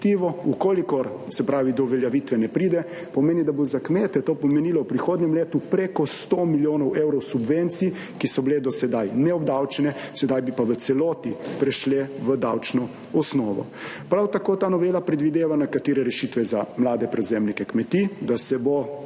kolikor, se pravi, do uveljavitve ne pride, pomeni, da bo za kmete to pomenilo v prihodnjem letu preko 100 milijonov evrov subvencij, ki so bile do sedaj neobdavčene, sedaj bi pa v celoti prešle v davčno osnovo. Prav tako ta novela predvideva nekatere rešitve za mlade prevzemnike kmetij, da se bo,